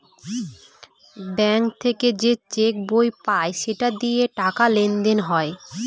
bank থেকে যে cheque বই পায় সেটা দিয়ে টাকা লেনদেন হয়